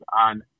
on